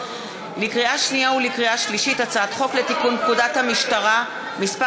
לקריאה שנייה ולקריאה שלישית: הצעת חוק לתיקון פקודת המשטרה (מס'